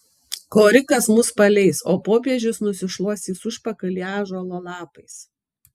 korikas mus paleis o popiežius nusišluostys užpakalį ąžuolo lapais